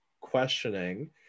questioning